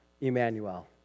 Emmanuel